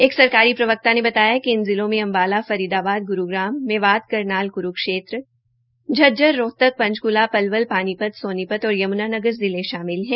एक सरकारी प्रवक्ता ने बताया कि इन जिलों में अम्बाला फरीदाबाद गुरूग्राम मेवात करनाल क्रूक्षेत्र झज्जर रोहतक पंचक्ला पलवल पानीपत सोनीपत और यम्नानगर जिले शामिल है